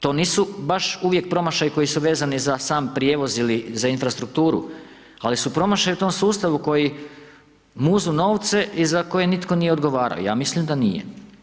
To nisu baš uvijek promašaji koji su vezani za sam prijevoz ili za infrastrukturu ali su promašaji u tom sustavu koji muzu novce i za koje nitko nije odgovarao, ja mislim da nije.